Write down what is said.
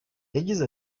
yagize